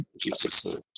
Jesus